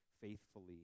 faithfully